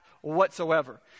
whatsoever